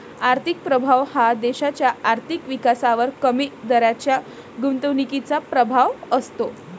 आर्थिक प्रभाव हा देशाच्या आर्थिक विकासावर कमी दराच्या गुंतवणुकीचा प्रभाव असतो